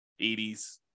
80s